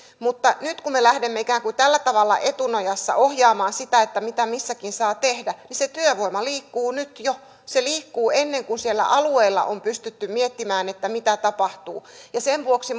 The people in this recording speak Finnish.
mutta nyt kun me lähdemme ikään kuin tällä tavalla etunojassa ohjaamaan sitä mitä missäkin saa tehdä niin se työvoima liikkuu nyt jo se liikkuu ennen kuin siellä alueella on pystytty miettimään mitä tapahtuu ja sen vuoksi